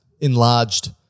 enlarged